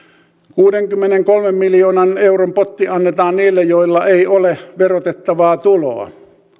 kuudenkymmenenkolmen miljoonan euron potti annetaan heille joilla ei ole verotettavaa tuloa